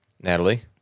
Natalie